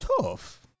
tough